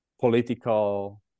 political